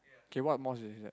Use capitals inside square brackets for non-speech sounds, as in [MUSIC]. [NOISE] K what mosque is it